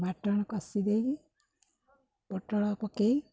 ବାଟଣ କଷି ଦେଇକି ପୋଟଳ ପକେଇ